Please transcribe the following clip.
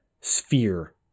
sphere